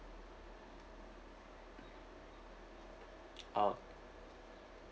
oh